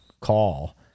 call